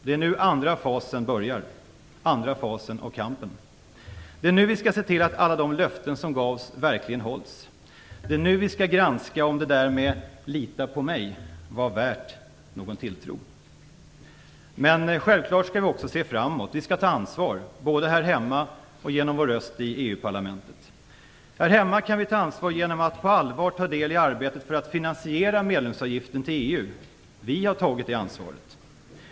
Det är nu andra fasen börjar, andra fasen av kampen. Det är nu vi skall se till att alla de löften som gavs verkligen hålls. Det är nu vi skall granska om uppmaningar som "lita på mig" var värda någon tilltro. Men självklart skall vi också se framåt och ta ansvar både här Sverige och i EU med vår röst i parlamentet. Här hemma kan vi ta ansvar genom att på allvar ta del i arbetet för att finansiera medlemsavgiften till EU. Vi har tagit det ansvaret.